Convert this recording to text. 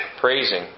praising